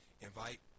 invite